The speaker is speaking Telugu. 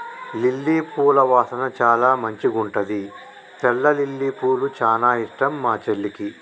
లిల్లీ పూల వాసన చానా మంచిగుంటది తెల్ల లిల్లీపూలు చానా ఇష్టం మా చెల్లికి